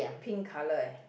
pink colour eh